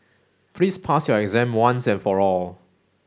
please pass your exam once and for all